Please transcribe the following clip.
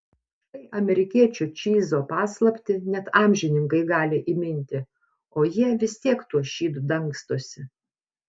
štai amerikiečių čyzo paslaptį net amžininkai gali įminti o jie vis tiek tuo šydu dangstosi